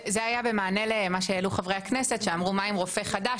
זה היה במענה למה שהעלו חברי הכנסת שאמרו מה עם רופא חדש,